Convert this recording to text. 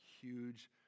huge